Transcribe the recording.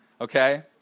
Okay